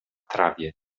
trawie